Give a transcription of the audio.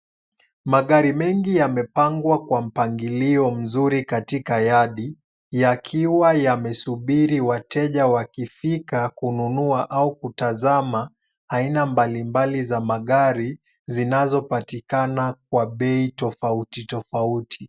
Magari mengi yamepangwa kwa mpangilio mzuri katika yadi, yakiwa yamesubiri wateja wakifika kununua au kutazama, aina mbalimbali za magari, zinazopatikana kwa bei tofauti tofauti.